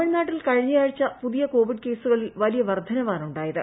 തമിഴ്നാട്ടിൽ കഴിഞ്ഞയാഴ്ച പുതിയ കോവിഡ് കേസുകളിൽ വലിയ വർധനവാണുണ്ടായത്